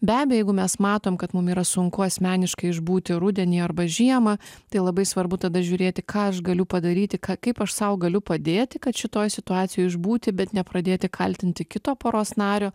be abejo jeigu mes matom kad mum yra sunku asmeniškai išbūti rudenį arba žiemą tai labai svarbu tada žiūrėti ką aš galiu padaryti ką kaip aš sau galiu padėti kad šitoj situacijoj išbūti bet nepradėti kaltinti kito poros nario